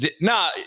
No